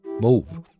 move